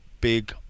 big